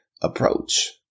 approach